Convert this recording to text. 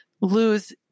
lose